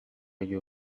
you